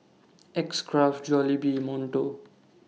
X Craft Jollibee Monto